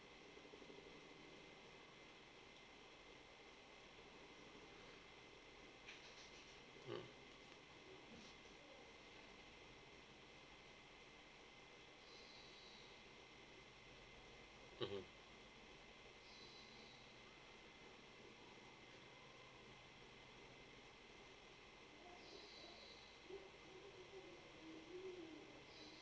mm mmhmm